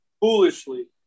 Foolishly